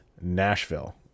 Nashville